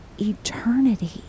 eternity